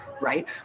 Right